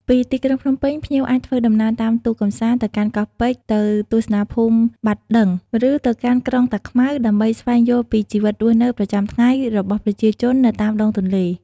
ពីទីក្រុងភ្នំពេញ ភ្ញៀវអាចធ្វើដំណើរតាមទូកកម្សាន្តទៅកាន់កោះពេជ្រ ទៅទស្សនាភូមិបាត់ដឹង ឬទៅកាន់ក្រុងតាខ្មៅ ដើម្បីស្វែងយល់ពីជីវិតរស់នៅប្រចាំថ្ងៃរបស់ប្រជាជននៅតាមដងទន្លេ។